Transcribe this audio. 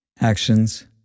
actions